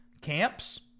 camps